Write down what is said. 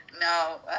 no